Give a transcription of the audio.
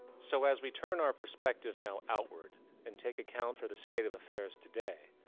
so, as we turn our perspective now outward and take account for the state of affairs today,